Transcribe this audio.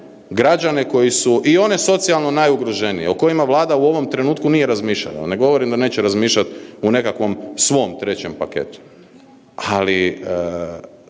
građane koji su i one socijalno najugroženije o kojima Vlada u ovom trenutku nije razmišljala. Ne govorim da neće razmišljati u nekakvom svom trećem paketu. Ali,